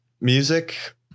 music